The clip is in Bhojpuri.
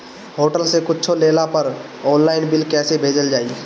होटल से कुच्छो लेला पर आनलाइन बिल कैसे भेजल जाइ?